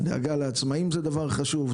דאגה לעצמאים זה דבר חשוב,